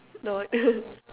not